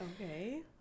Okay